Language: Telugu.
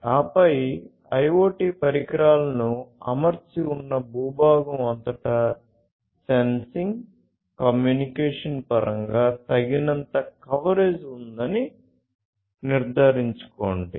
ఆపై IoT పరికరాలను అమర్చి ఉన్న భూభాగం అంతటా సెన్సింగ్ కమ్యూనికేషన్ పరంగా తగినంత కవరేజ్ ఉందని నిర్ధారించుకోండి